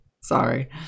Sorry